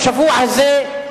בשבוע הזה,